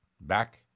Back